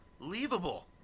unbelievable